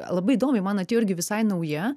labai įdomiai man atėjo irgi visai nauja